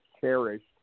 cherished